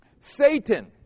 Satan